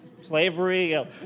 slavery